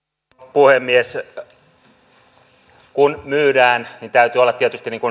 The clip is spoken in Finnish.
puhemies kun myydään niin täytyy olla tietysti